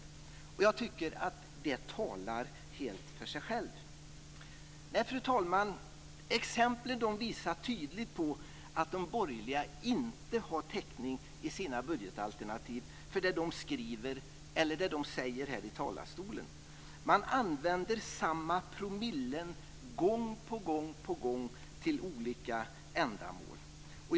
Jag tycker att det talar helt för sig självt. Nej, fru talman, exemplen visar tydligt att de borgerliga inte har täckning i sina budgetalternativ för det de skriver eller säger i kammarens talarstol. Man använder samma promillen gång på gång för olika ändamål.